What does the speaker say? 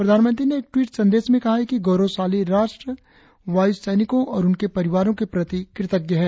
प्रधानमंत्री ने एक ट्वीट संदेश में कहा है कि गौरवशाली राष्ट्र वायु सेनिकों और उनके परिवारों के प्रति कृतज्ञ है